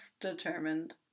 determined